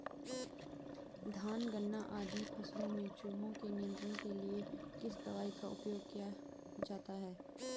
धान गन्ना आदि फसलों में चूहों के नियंत्रण के लिए किस दवाई का उपयोग किया जाता है?